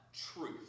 Truth